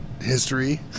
history